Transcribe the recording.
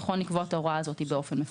נכון לקבוע את ההוראה הזאת באופן מפורש.